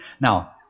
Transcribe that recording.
Now